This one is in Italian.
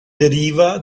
deriva